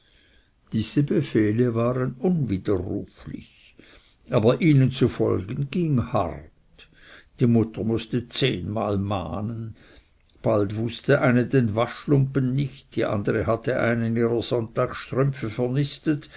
diese befehle waren unwiderruflich aber ihnen zu folgen ging hart die mutter mußte zehnmal mahnen bald wußte eine den waschlumpen nicht die andere hatte einen ihrer sonntagstrümpfe vernistet